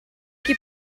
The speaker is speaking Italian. chi